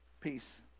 Peace